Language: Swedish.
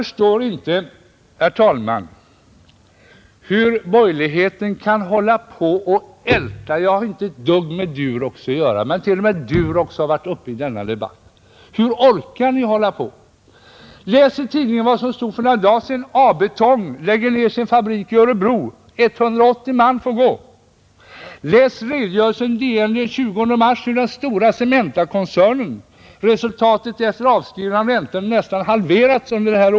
Jag har inte haft ett dugg med Durox att göra men, herr talman, t.o.m. i denna debatt har Durox varit uppe och ältats. Hur orkar borgerligheten hålla på? Läs i tidningarna vad som för några dagar sedan stod om att A-Betong lägger ner sin fabrik i Örebro, 180 man får gå. Läs i Dagens Nyheter den 20 mars redogörelsen för att resultatet för den stora Cementakoncernen efter avskrivning av räntor nästan halverats under detta år!